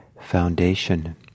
foundation